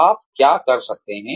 आप क्या कर सकते है